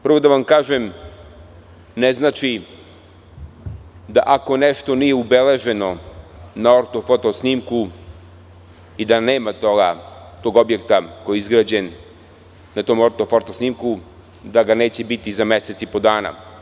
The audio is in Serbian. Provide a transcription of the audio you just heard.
Prvo da vam kažem, ne znači da ako nešto nije ubeleženo na ortofoto snimku i da nema tog objekta koji je izgrađen na tom ortofoto snimku da ga neće biti za mesec i po dana.